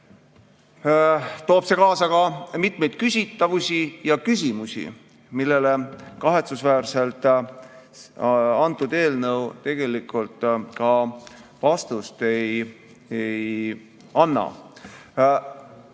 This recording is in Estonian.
toob see kaasa mitmeid küsitavusi ja küsimusi, millele kahetsusväärselt see eelnõu tegelikult vastust ei anna.